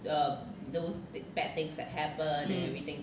mm